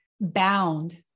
bound